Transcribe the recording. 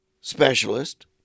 specialist